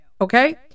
okay